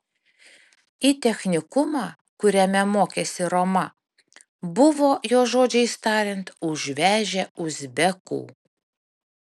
į technikumą kuriame mokėsi roma buvo jos žodžiais tariant užvežę uzbekų